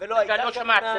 דקה, לא שמעתי.